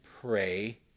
pray